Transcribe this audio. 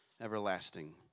Everlasting